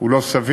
הוא לא סביר.